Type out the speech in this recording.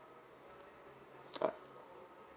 ah